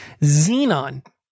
Xenon